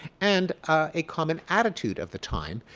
and a common attitude of the time.